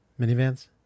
Minivans